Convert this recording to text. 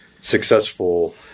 successful